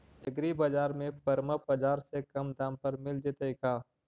एग्रीबाजार में परमप बाजार से कम दाम पर मिल जैतै का?